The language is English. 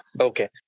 okay